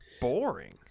boring